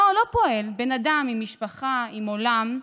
לא פועל, אדם עם משפחה, עם עולם,